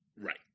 Right